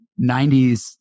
90s